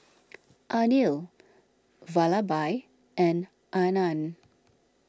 Anil Vallabhbhai and Anand